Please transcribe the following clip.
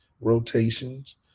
rotations